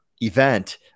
event